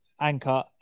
Anchor